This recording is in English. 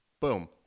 Boom